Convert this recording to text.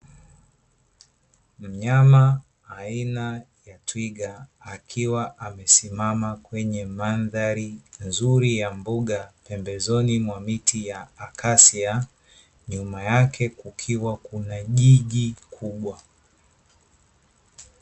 Mnyama aina ya twiga akiwa amesimama kwenye mandhari nzuri ya mboga pembezoni mwa miti ya akasia, nyuma yake kukiwa kuna jiji kubwa.